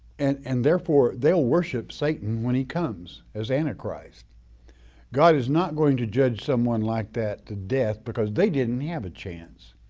and and therefore they'll worship satan when he comes as antichrist. god is not going to judge someone like that to death because they didn't have a chance.